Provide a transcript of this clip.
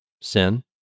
sin